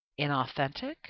inauthentic